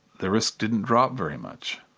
the risk didn't drop very much,